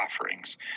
offerings